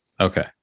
Okay